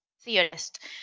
theorist